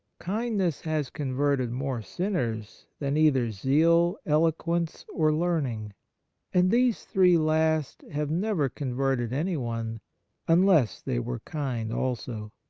kindness has converted more sinners than either zeal, eloquence, or learning and these three last have never converted anyone unless they were kind also.